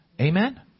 Amen